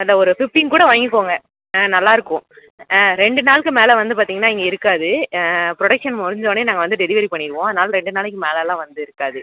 அட ஒரு ஃபிப்டீன் கூட வாங்கிக்கோங்க ஆ நல்லா இருக்கும் ரெண்டு நாளுக்கு மேலே வந்து பார்த்தீங்கன்னா இங்கே இருக்காது ப்ரொடக்க்ஷன் முடிஞ்சவொடனே நாங்கள் வந்து டெலிவரி பண்ணிவிடுவோம் அதனால் ரெண்டு நாளைக்கு மேலேலாம் வந்து இருக்காது